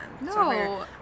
No